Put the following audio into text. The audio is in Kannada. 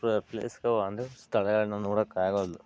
ಪ್ರ ಪ್ಲೇಸ್ಗಳು ಅಂದರೆ ಸ್ಥಳಗಳ್ನ ನೋಡೋಕ್ಕಾಗೋಲ್ಲ